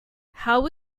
how